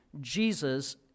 Jesus